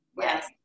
yes